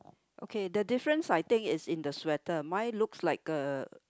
okay the difference I think is in the sweater mine looks like a